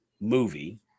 movie